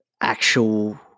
actual